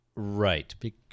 Right